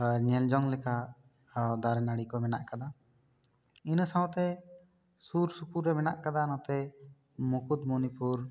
ᱧᱮᱞ ᱡᱚᱝ ᱞᱮᱠᱟ ᱫᱟᱨᱮ ᱱᱟᱹᱲᱤ ᱠᱚ ᱢᱮᱱᱟᱜ ᱟᱠᱟᱫᱟ ᱤᱱᱟᱹ ᱥᱟᱶᱛᱮ ᱥᱩᱨ ᱥᱩᱯᱩᱨ ᱨᱮ ᱢᱮᱱᱟᱜ ᱟᱠᱟᱫᱟ ᱱᱚᱛᱮ ᱢᱩᱠᱩᱴᱢᱩᱱᱤᱯᱩᱨ